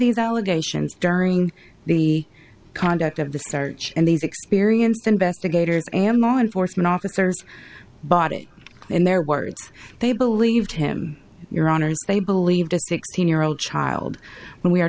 allegations during the conduct of the search and these experienced investigators and law enforcement officers bought it in their words they believed him your honor they believed a sixteen year old child when we are